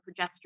progesterone